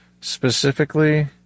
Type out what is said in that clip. specifically